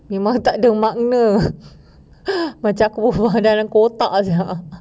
memang tak ada makna macam aku berbual dalam kotak sia